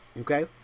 Okay